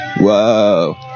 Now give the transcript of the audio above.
Whoa